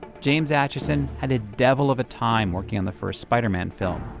james acheson had a devil of a time working on the first spider-man film,